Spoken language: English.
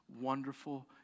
wonderful